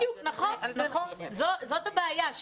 בדיוק, נכון, זאת הבעיה.